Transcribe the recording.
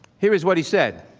here is what he said.